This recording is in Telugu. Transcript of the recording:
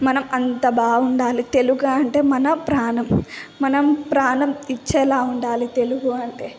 మనం అంత బాగుండాలి తెలుగా అంటే మన ప్రాణం మనం ప్రాణం ఇచ్చేలా ఉండాలి తెలుగు అంటే